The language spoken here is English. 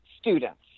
students